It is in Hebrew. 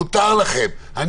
מותר לכם לחלוק עליי,